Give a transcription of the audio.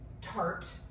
tart